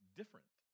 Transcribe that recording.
different